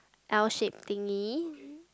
L shape thingy